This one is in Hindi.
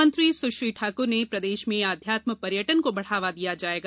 मंत्री सुश्री ठाकुर ने प्रदेश में अध्यात्म पर्यटन को बढ़ावा दिया जाएगा